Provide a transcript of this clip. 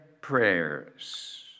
prayers